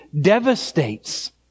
devastates